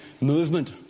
movement